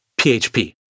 PHP